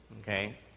Okay